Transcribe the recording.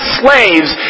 slaves